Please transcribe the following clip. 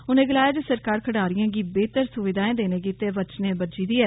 उनें गलाया ते सरकार खडारियें गी बेहतर सुविघां देने गिते बचने बजी दी ऐ